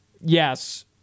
yes